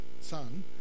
Son